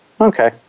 Okay